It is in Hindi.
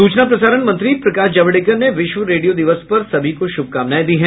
सूचना प्रसारण मंत्री प्रकाश जावेडकर ने विश्व रेडियो दिवस पर सभी को शुभकामनाएं दी हैं